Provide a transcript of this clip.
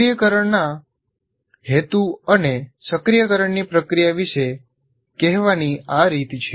સક્રિયકરણના હેતુ અને સક્રિયકરણની પ્રક્રિયા વિશે કહેવાની આ રીત છે